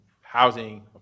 housing